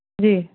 جی